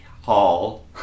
Hall